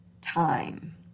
time